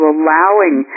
allowing